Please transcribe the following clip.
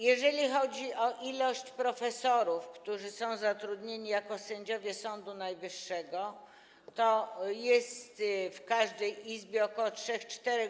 Jeżeli chodzi o ilość profesorów, którzy są zatrudnieni jako sędziowie Sądu Najwyższego, to w każdej izbie jest ich ok. trzech, czterech.